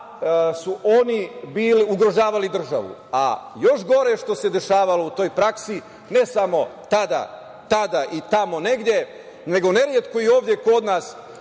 su oni bili ugrožavali državu, a još gore što se dešavalo u toj praksi, ne samo tada i tamo negde, nego neretko i ovde kod nas,